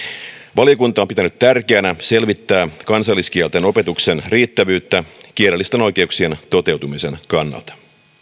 valiokunta on pitänyt tärkeänä selvittää kansalliskielten opetuksen riittävyyttä kielellisten oikeuksien toteutumisen kannalta